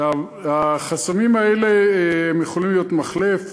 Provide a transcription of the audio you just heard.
החסמים האלה יכולים להיות מחלף,